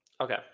Okay